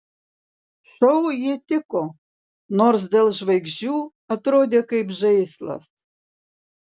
šou ji tiko nors dėl žvaigždžių atrodė kaip žaislas